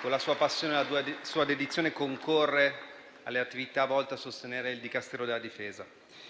con la sua passione e la sua dedizione concorre alle attività volte a sostenere il Dicastero della difesa.